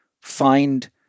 find